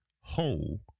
whole